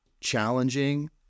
challenging